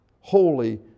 holy